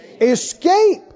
Escape